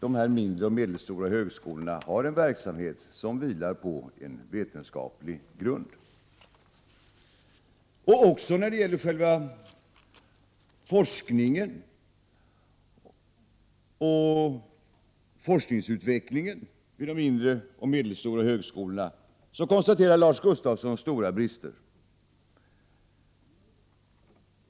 de mindre och medelstora högskolorna verkligen har en verksamhet som vilar på vetenskaplig grund. Också när det gäller själva forskningen och forskningsutvecklingen vid de mindre och medelstora högskolorna konstaterar Lars Gustafsson stora brister.